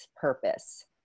purpose